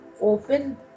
open